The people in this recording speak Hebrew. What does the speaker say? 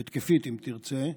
התקפית, אם תרצה,